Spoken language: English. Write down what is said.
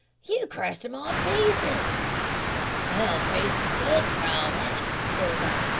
you've crushed them all to pieces they'll taste as good for all that says i,